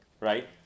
right